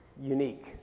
Unique